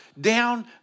down